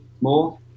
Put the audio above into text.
more